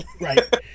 Right